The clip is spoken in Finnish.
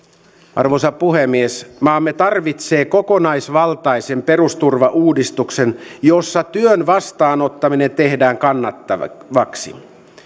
arvoisa puhemies maamme tarvitsee kokonaisvaltaisen perusturvauudistuksen jossa työn vastaanottaminen tehdään kannattavaksi